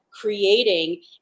creating